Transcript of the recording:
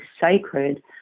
sacred